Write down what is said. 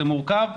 זה מורכב,